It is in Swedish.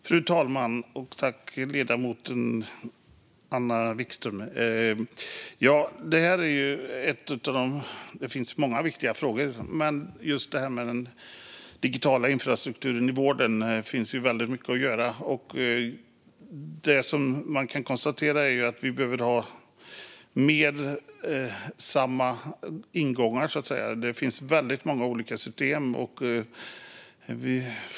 Fru talman! Det finns många viktiga frågor, men just när det gäller den digitala infrastrukturen i vården finns det väldigt mycket att göra. Det man kan konstatera är att vi så att säga behöver ha mer av samma ingångar.